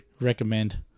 recommend